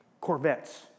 Corvettes